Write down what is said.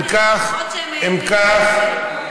מדובר בזכויות על המקרקעין,